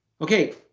okay